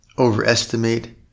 Overestimate